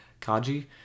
Kaji